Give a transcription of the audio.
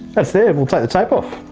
that's it. yeah, we'll take the tape off.